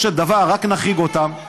שבעצם המשטרה ממליצה לסגור להם את התיק,